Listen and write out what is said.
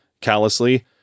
callously